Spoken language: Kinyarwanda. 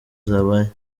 zabaye